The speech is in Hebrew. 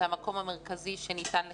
זה המקום המרכזי שניתן לחינוך.